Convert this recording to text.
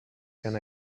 can